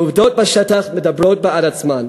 העובדות בשטח מדברות בעד עצמן,